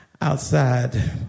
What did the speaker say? outside